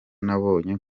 nabonye